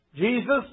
Jesus